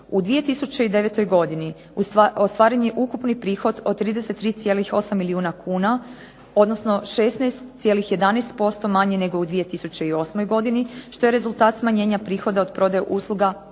U 2009. godini ostvaren je ukupan prihod od 33,8 milijuna kuna odnosno 16,11% manje nego u 2008. godini što je rezultat smanjenja prihoda od prodaje usluga i